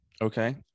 Okay